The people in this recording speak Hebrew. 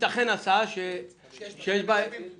תיתכן הסעה שיש בה שני מלווים?